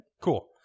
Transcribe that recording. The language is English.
cool